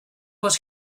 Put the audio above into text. was